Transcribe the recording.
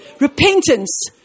Repentance